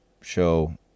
show